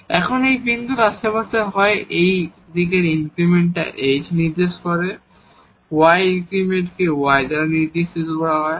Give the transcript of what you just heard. এখন এই বিন্দুর এই আশেপাশে হয় এই দিকের এই ইনক্রিমেন্টকে h নির্দেশ করে y ইনক্রিমেন্ট কে y দ্বারা নির্দেশ করা হয়েছে